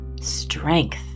strength